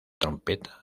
trompeta